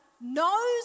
knows